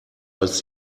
als